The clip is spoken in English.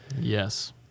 Yes